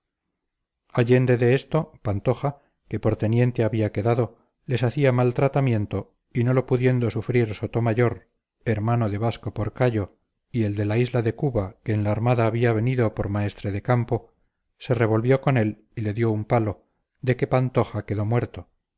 allende de esto pantoja que por teniente había quedado les hacía mal tratamiento y no lo pudiendo sufrir sotomayor hermano de vasco porcallo el de la isla de cuba que en la armada había venido por maestre de campo se revolvió con él y le dio un palo de que pantoja quedó muerto